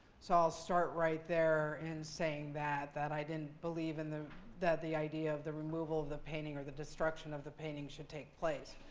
so i'll start right there in saying that that i didn't believe and that the idea of the removal of the painting or the destruction of the painting should take place.